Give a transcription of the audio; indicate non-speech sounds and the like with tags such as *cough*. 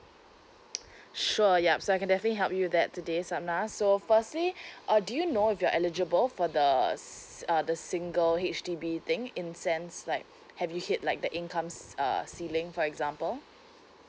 *noise* sure yup so I can definitely help you with that today sapnai so firstly uh do you know if you're eligible for the s~ uh the single H_D_B thing in sense like have you hit like the income's uh ceiling for example